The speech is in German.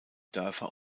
dörfer